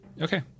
okay